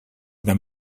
them